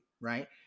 right